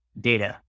data